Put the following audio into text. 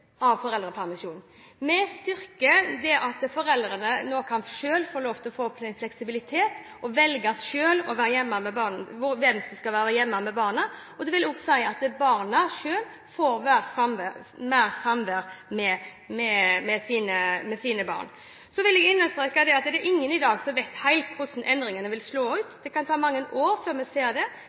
av foreldrepermisjonen. Vi styrker denne ved at foreldrene nå selv kan få fleksibilitet og velge hvem som skal være hjemme med barnet. Det vil også si at foreldrene selv får mer samvær med sine barn. Så vil jeg understreke at det er ingen i dag som vet helt hvordan endringene vil slå ut. Det kan ta mange år før vi ser det.